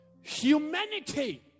Humanity